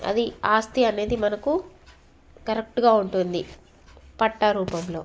అది ఆస్తి అనేది మనకు కరెక్ట్గా ఉంటుంది పట్టా రూపంలో